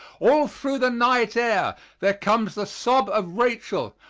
all through the night air there comes the sob of rachel,